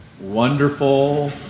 Wonderful